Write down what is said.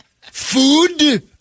Food